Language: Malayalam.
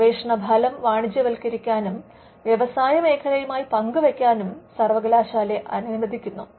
ഗവേഷണഫലം വാണിജ്യവത്ക്കരിക്കാനും വ്യവസായ മേഖലയുമായി പങ്കുവയ്ക്കാനും സർവകലാശാലകളെ അനുവദിക്കുന്നു